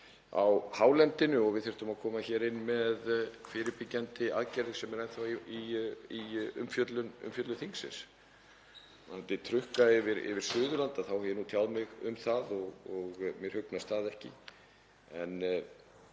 á hálendinu og við þurftum að koma hér inn með fyrirbyggjandi aðgerðir sem eru enn þá í umfjöllun þingsins. Varðandi trukka yfir Suðurland hef ég tjáð mig um það og mér hugnast það ekki.